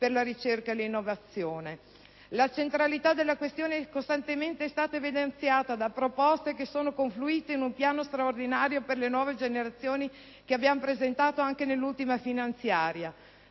della ricerca e dell'innovazione. La centralità della questione è stata costantemente evidenziata da proposte che sono confluite in un piano straordinario per le nuove generazioni, che abbiamo presentato anche nell'ultima finanziaria.